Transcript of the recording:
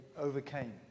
overcame